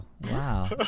wow